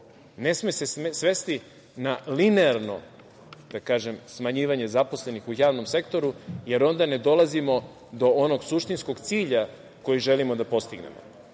Ne sme se svesti na linearno, da kažem, smanjivanje zaposlih u javnom sektoru, jer onda ne dolazimo do onog suštinskog cilja koji želimo da postignemo. Ne